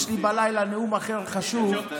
יש לי בלילה נאום אחר, חשוב.